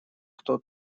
кто